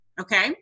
Okay